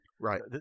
Right